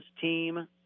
team